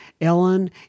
Ellen